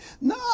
No